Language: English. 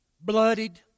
Bloodied